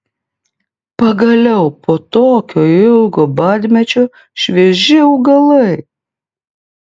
pagaliau po tokio ilgo badmečio švieži augalai